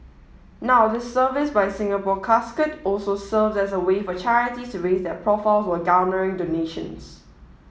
now this service by Singapore Casket also serves as a way for charities to raise their profiles while garnering donations